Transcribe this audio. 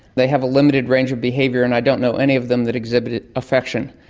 they have a limited range of behaviour and i don't know any of them that exhibit affection,